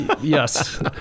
Yes